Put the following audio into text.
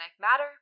matter